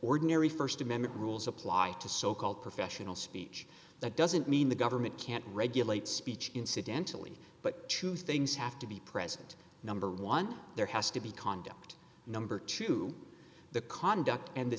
ordinary st amendment rules apply to so called professional speech that doesn't mean the government can't regulate speech incidentally but two things have to be present number one there has to be conduct number two the conduct and the